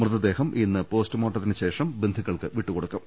മൃതദേഹം ഇന്ന് പോസ്റ്റ്മോർട്ടത്തിനുശേഷം ബന്ധുക്കൾക്ക് വിട്ടു കൊടുക്കും